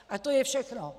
A to je všechno!